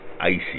icy